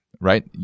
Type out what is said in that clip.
right